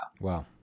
Wow